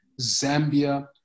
Zambia